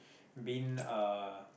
been uh